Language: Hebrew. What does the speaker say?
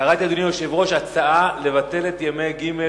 קראתי, אדוני היושב-ראש, הצעה לבטל את ימי ג'